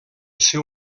seu